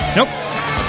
Nope